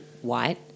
white